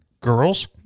Girls